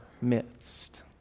midst